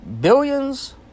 billions